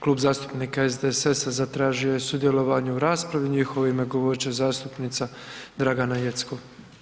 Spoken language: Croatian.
Klub zastupnika SDSS-a zatražio je sudjelovanje u raspravi, u njihovo ime govorit će zastupnica Draga Jeckov.